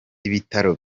ibitaro